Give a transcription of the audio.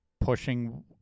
pushing